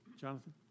Jonathan